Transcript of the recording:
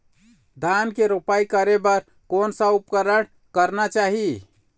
धान के रोपाई करे बर कोन सा उपकरण करना चाही?